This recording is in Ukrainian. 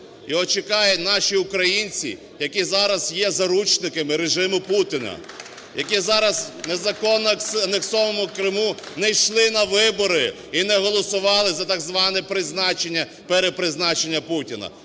чекають наші українці, які зараз є заручниками режиму Путіна, які зараз незаконно в анексованому Криму не йшли на вибори і не голосували за так зване призначення,